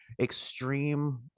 extreme